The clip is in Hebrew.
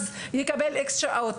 אז נקבל איקס שעות,